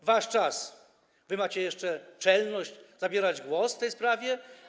To wasz czas i wy macie jeszcze czelność zabierać głos w tej sprawie?